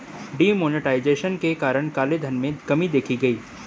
D monetization के कारण काले धन में कमी देखी गई